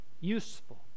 useful